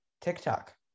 TikTok